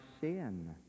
sin